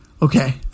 Okay